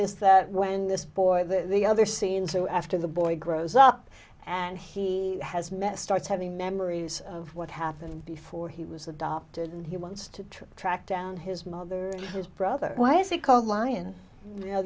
is that when this boy the other scenes who after the boy grows up and he has met starts having memories of what happened before he was adopted and he wants to try to track down his mother his brother why is it called lion y